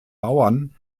bauern